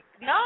No